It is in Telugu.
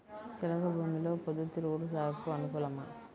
చెలక భూమిలో పొద్దు తిరుగుడు సాగుకు అనుకూలమా?